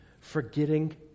forgetting